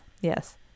Yes